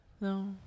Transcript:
No